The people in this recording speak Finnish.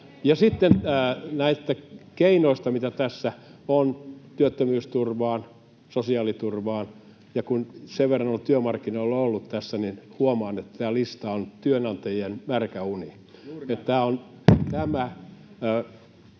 sitten näistä keinoista, mitä tässä on työttömyysturvaan, sosiaaliturvaan, ja sen verran, kun olen työmarkkinoilla tässä ollut, niin huomaan, että tämä lista on työnantajien märkä uni. [Eduskunnasta: